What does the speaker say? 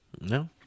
No